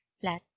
flat